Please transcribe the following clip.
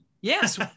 Yes